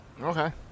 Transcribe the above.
okay